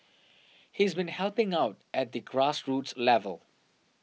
he's been helping out at the grassroots level